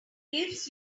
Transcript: gives